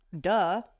duh